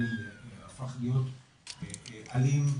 הילד הפך להיות אלים,